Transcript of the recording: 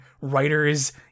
writers